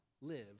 live